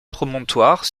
promontoire